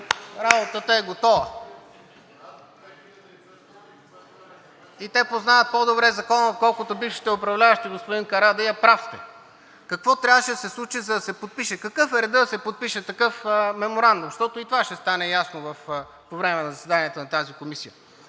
има. ДЕЛЯН ДОБРЕВ: И те познават по-добре закона, отколкото бившите управляващи, господин Карадайъ, прав сте. Какво трябваше да се случи, за да се подпише? Какъв е редът, за да се подпише такъв меморандум, защото и това ще стане ясно по време на заседанията на тази комисия?